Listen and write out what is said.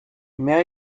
may